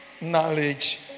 knowledge